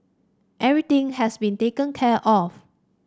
everything has been taken care of